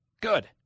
Good